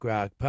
Rock